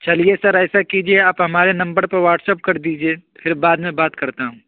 چلیے سر ایسا کیجیے آپ ہمارے نمبر پہ واٹساپ کر دیجیے پھر بعد میں بات کرتا ہوں